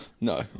No